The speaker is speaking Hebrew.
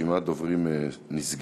רשימת הדוברים נסגרה,